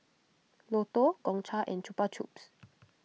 Lotto Gongcha and Chupa Chups